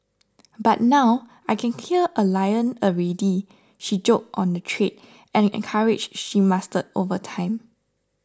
but now I can kill a lion already she joked on the trade and encourage she mastered over time